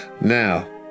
Now